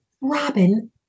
Robin